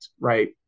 Right